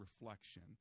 reflection